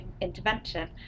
intervention